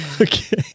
Okay